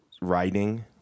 Writing